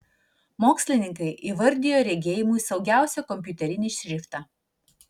mokslininkai įvardijo regėjimui saugiausią kompiuterinį šriftą